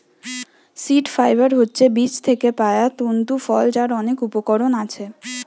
seed fibre হচ্ছে বীজ থিকে পায়া তন্তু ফল যার অনেক উপকরণ আছে